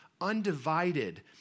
undivided